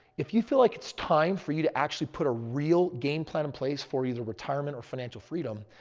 if you feel like it's time for you to actually put a real game plan in place for either retirement or financial freedom,